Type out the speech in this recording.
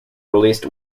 released